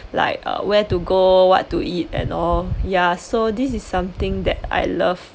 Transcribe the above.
like uh where to go what to eat and all ya so this is something that I love